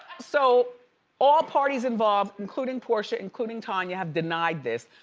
so all parties involved, including porsche, including tanya, have denied this.